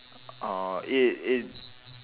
uh it it